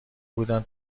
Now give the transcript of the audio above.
بودن